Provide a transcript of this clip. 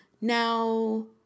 Now